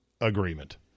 agreement